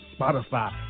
Spotify